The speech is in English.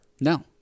No